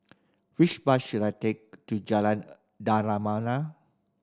which bus should I take to Jalan Dermawan